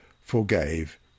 forgave